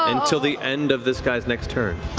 until the end of this guy's next turn.